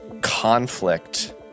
conflict